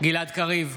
גלעד קריב,